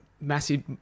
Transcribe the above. massive